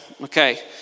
Okay